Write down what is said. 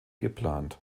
geplant